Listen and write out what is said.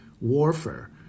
warfare